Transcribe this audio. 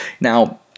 Now